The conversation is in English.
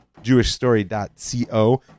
jewishstory.co